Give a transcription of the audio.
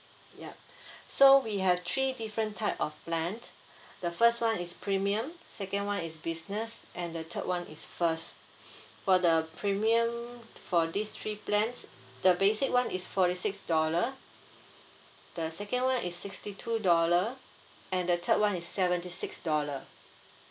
ya so we have three different type of plan the first [one] is premium second [one] is business and the third [one] is first for the premium for these three plan the basic [one] is forty six dollar the second [one] is sixty two dollar and the third [one] is seventy six dollar